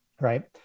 right